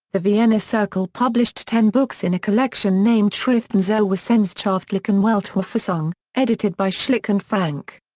the vienna circle published ten books in a collection named schriften zur wissenschaftlichen weltauffassung, edited by schlick and frank.